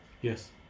Yes